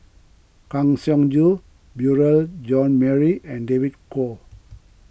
Kang Siong Joo Beurel Jean Marie and David Kwo